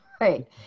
Right